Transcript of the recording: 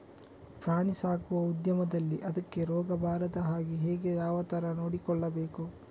ಪ್ರಾಣಿ ಸಾಕುವ ಉದ್ಯಮದಲ್ಲಿ ಅದಕ್ಕೆ ರೋಗ ಬಾರದ ಹಾಗೆ ಹೇಗೆ ಯಾವ ತರ ನೋಡಿಕೊಳ್ಳಬೇಕು?